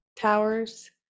towers